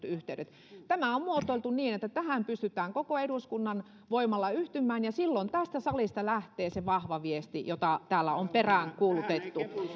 yhteydet tämä on muotoiltu niin että tähän pystytään koko eduskunnan voimalla yhtymään ja silloin tästä salista lähtee se vahva viesti jota täällä on peräänkuulutettu